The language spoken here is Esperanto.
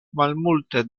malmulte